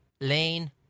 Lane